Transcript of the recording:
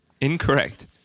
Incorrect